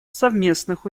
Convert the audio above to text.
совместных